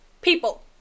people